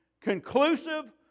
conclusive